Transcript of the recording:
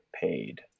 paid